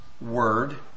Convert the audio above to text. word